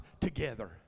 together